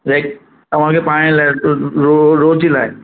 red तव्हांखे पाइण लाइ रोज़ जे लाइ